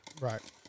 Right